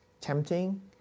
tempting